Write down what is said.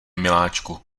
miláčku